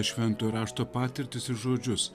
šventojo rašto patirtis žodžius